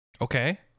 Okay